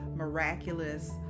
miraculous